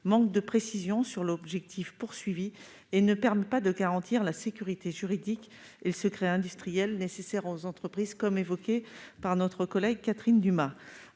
manque de précision quant à l'objectif visé et ne permet pas de garantir la sécurité juridique et le secret industriel nécessaires aux entreprises, comme vient de le dire Catherine Dumas.